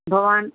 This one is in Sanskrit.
भवान्